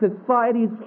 society's